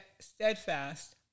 steadfast